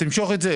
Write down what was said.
תמשוך את זה,